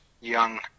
young